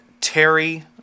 Terry